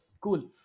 cool